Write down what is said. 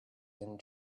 and